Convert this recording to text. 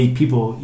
people